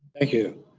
thank you.